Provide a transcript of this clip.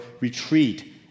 retreat